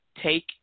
take –